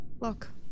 Look